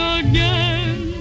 again